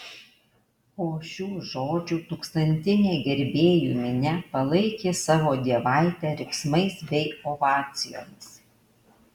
po šių žodžių tūkstantinė gerbėjų minia palaikė savo dievaitę riksmais bei ovacijomis